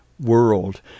world